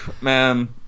Man